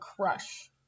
crush